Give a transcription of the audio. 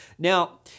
Now